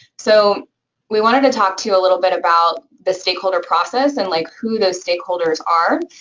so we wanted to talk to you a little bit about the stakeholder process and, like, who those stakeholders are,